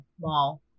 mall